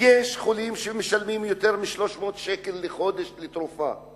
יש חולים שמשלמים יותר מ-300 שקל לחודש לתרופה.